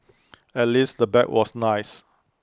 at least the bag was nice